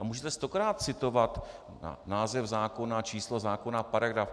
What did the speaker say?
A můžete stokrát citovat název zákona, číslo zákona, paragraf.